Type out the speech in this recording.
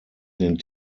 den